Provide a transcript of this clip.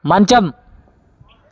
మంచం